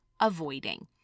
avoiding